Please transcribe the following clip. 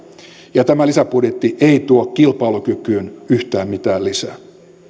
ja tämä lisäbudjetti ei tuo kilpailukykyyn yhtään mitään lisää